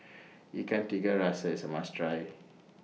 Ikan Tiga Rasa IS A must Try